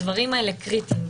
הדברים האלה קריטיים.